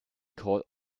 court